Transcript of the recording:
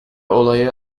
olayı